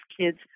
kids